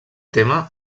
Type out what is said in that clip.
tema